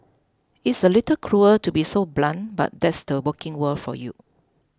it's a little cruel to be so blunt but that's the working world for you